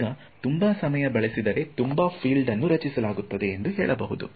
ಆಗ ತುಂಬಾ ಸಮಯ ಬಳಸಿದರೆ ತುಂಬಾ ಫೀಲ್ಡ್ ಅನ್ನು ರಚಿಸಲಾಗುತ್ತದೆ ಎಂದು ಹೇಳಬಹುದು